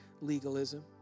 legalism